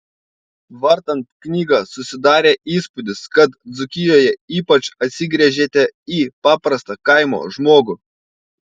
vartant knygą susidarė įspūdis kad dzūkijoje ypač atsigręžėte į paprastą kaimo žmogų